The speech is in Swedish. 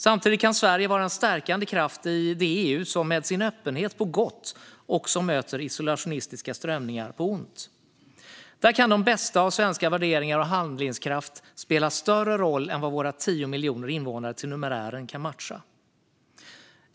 Samtidigt kan Sverige vara en stärkande kraft i det EU som med sin öppenhet på gott också möter isolationistiska strömningar på ont. Där kan de bästa av svenska värderingar och handlingskraft spela en större roll än vad våra 10 miljoner invånare till numerären kan matcha.